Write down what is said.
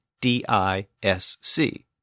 D-I-S-C